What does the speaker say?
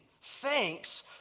thanks